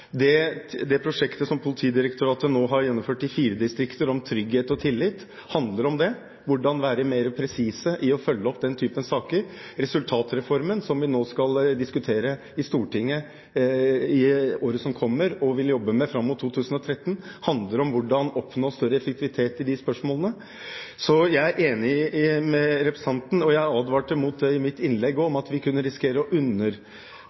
innsats. Det prosjektet som Politidirektoratet nå har gjennomført i fire distrikter, Trygghet og tillit, handler om det: hvordan være mer presise i å følge opp den typen saker? Resultatreformen, som vi nå skal diskutere i Stortinget i året som kommer, og vil jobbe med fram mot 2013, handler om hvordan man kan oppnå større effektivitet i de spørsmålene. Så jeg er enig med representanten. Jeg advarte i mitt innlegg